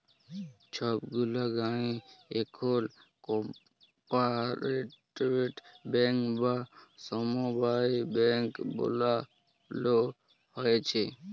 ছব গুলা গায়েঁ এখল কপারেটিভ ব্যাংক বা সমবায় ব্যাংক বালালো হ্যয়েছে